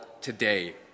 today